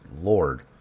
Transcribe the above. lord